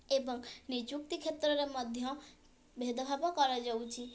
ଏବଂ ନିଯୁକ୍ତି କ୍ଷେତ୍ରରେ ମଧ୍ୟ ଭେଦଭାବ କରାଯାଉଛି